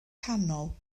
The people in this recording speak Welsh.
canol